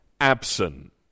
absent